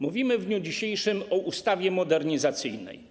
Mówimy w dniu dzisiejszym o ustawie modernizacyjnej.